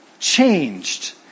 changed